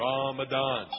Ramadan